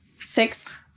Six